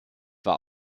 war